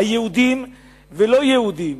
יהודים ולא-יהודים.